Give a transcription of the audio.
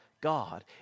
God